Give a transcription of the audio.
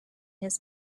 his